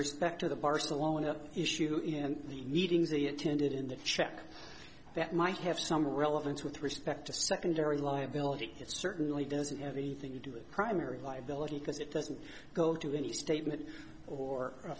respect to the barcelona issue and the meetings they attended in the check that might have some relevance with respect to secondary liability it certainly doesn't have anything to do with primary liability because it doesn't go to any statement or a